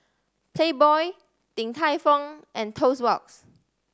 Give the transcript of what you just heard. Playboy Din Tai Fung and Toast Box